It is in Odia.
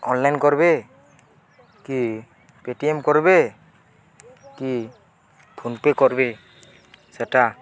ଅନ୍ଲାଇନ୍ କରିବେ କି ପେଟିଏମ୍ କରିବେ କି ଫୋନପେ' କରିବେ ସେଟା